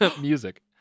music